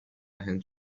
هند